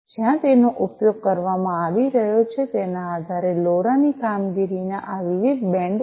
જ્યાં તેનો ઉપયોગ કરવામાં આવી રહ્યો છે તેના આધારે લોરા ની કામગીરીના આ વિવિધ બેન્ડ છે